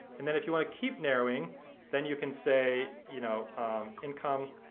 and then if you want to keep narrowing then you can say, you know income